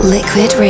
Liquid